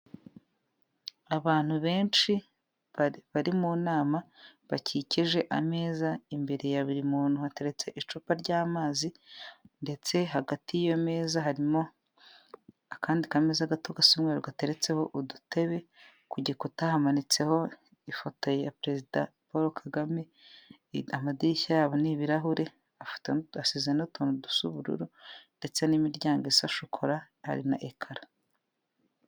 Abantu benshi bari mu nama bakikije ameza imbere ya buri muntu hateretse icupa ry'amazi ndetse hagati hariyo imeza harimo akandi kameza gato gasumero kateretseho udutebe ku gikuta hamanitseho ifoto ya perezida paul kagame i amadirishya yabo ni ibirahure afata n uudusize n'utuntundi dusabururu ndetse n'imiryango isa na shokora na ekara.